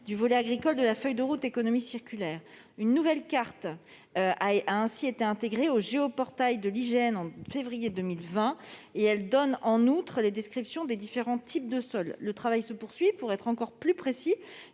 du volet agricole de la feuille de route économie circulaire. En février 2020 a ainsi été intégrée au Géoportail de l'IGN une nouvelle carte, qui donne la description des différents types de sols. Le travail se poursuit, pour être encore plus précis,